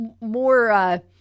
more